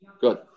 Good